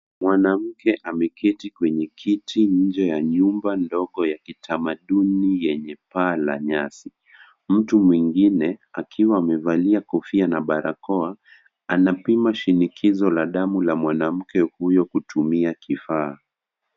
Mwanamke ameketi kwenye kiti nje ya nyumba ndogo ya kitamaduni yenye paa la nyasi. Mtu mwingine, akiwa amevalia kofia na barakoa, anapima shinikizo la damu la mwanamke huyo kutumia kifaa.